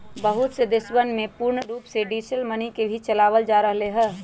बहुत से देशवन में पूर्ण रूप से डिजिटल मनी के ही चलावल जा रहले है